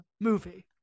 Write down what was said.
movie